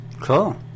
Cool